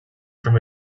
from